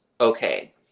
okay